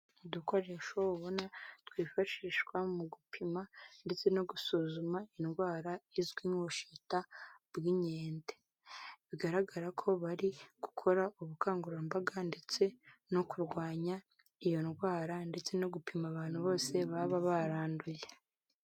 Udukoresho ubona twifashishwa mu gupima ndetse no gusuzuma indwara izwi nk'ubushita bw'inkende bigaragara ko bari gukora ubukangurambaga ndetse no kurwanya iyo ndwara ndetse no gupima abantu bose baba baranduye.